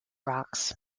rocks